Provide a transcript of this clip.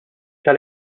tal